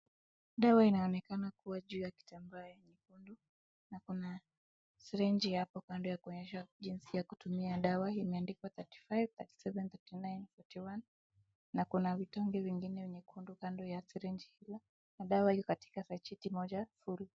Dawa inaonekana kuwa juu ya kitambaa chekundu, na kuna siringi hapo kando ya kuonyesha jinsi ya kutumia dawa, imeandikwa 35,37,39,41 , na kuna vidonge vingine vyekundu kando ya siringi. Dawa iko katika sacheti moja full .